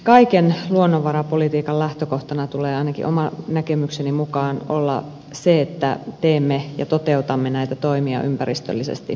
kaiken luonnonvarapolitiikan lähtökohtana tulee ainakin oman näkemykseni mukaan olla se että teemme ja toteutamme näitä toimia ympäristöllisesti kestävällä tavalla